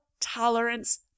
tolerance